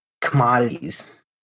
commodities